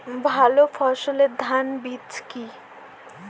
ভালো ফলনের ধান বীজ কি?